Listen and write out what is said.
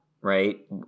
right